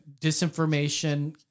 disinformation